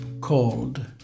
called